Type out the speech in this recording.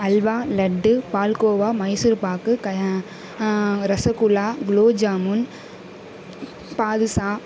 அல்வா லட்டு பால்கோவா மைசூர்பாக்கு கய ரசகுல்லா குலோப் ஜாமுன் பாதுஷா